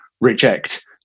reject